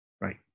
right